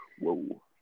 whoa